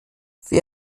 wer